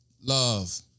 Love